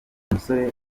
musore